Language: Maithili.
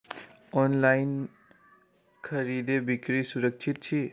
ऑनलाइन खरीदै बिक्री सुरक्षित छी